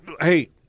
Hey